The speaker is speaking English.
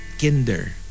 Kinder